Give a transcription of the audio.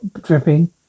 dripping